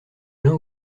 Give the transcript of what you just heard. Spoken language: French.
l’un